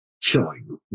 chilling